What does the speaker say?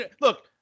Look